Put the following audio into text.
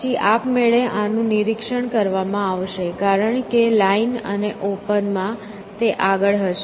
પછી આપમેળે આનું નિરીક્ષણ કરવામાં આવશે કારણ કે લાઈન અને ઓપન માં તે આગળ હશે